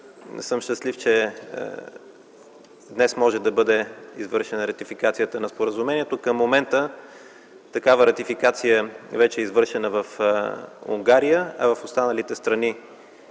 щастлив съм, че днес може да бъде извършена ратификацията на Споразумението. Към момента такава ратификация вече е извършена в Унгария, а в останалите страни